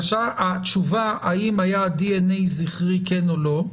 התשובה האם היה דנ"א זכרי כן או לא,